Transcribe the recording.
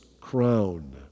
crown